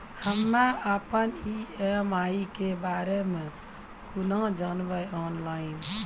हम्मे अपन ई.एम.आई के बारे मे कूना जानबै, ऑनलाइन?